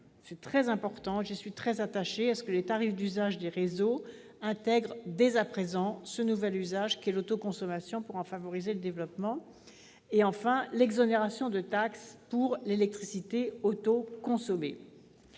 autoconsommation. Je suis très attachée à ce que les tarifs d'usage des réseaux intègrent dès à présent ce nouvel usage qu'est l'autoconsommation, pour en favoriser le développement. Elle prévoit enfin l'exonération de taxes sur l'électricité autoconsommée.